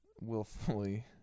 willfully